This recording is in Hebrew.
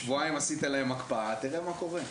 שבועיים עשית להם הקפאה תראה מה קורה.